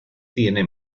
tiene